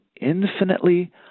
infinitely